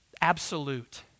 absolute